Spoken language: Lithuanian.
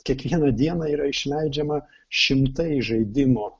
kiekvieną dieną yra išleidžiama šimtai žaidimo